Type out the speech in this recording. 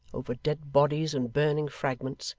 over dead bodies and burning fragments,